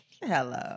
Hello